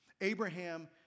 Abraham